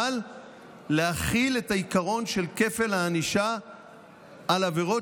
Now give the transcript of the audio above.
אבל להחיל את העיקרון של כפל הענישה על עבירות